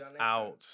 out